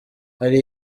hari